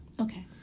Okay